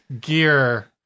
gear